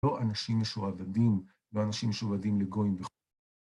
לא אנשים משועבדים ואנשים משועבדים לגויים בכ...